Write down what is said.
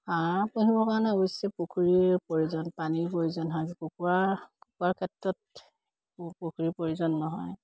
হাঁহ পুহিবৰ কাৰণে অৱশ্যে পুখুৰীৰ প্ৰয়োজন পানীৰ প্ৰয়োজন হয় কুকুৰা কুকুৰাৰ ক্ষেত্ৰত পুখুৰীৰ প্ৰয়োজন নহয়